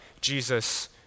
Jesus